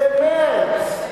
במרס,